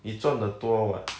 你赚的多 what